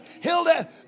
Hilda